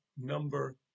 number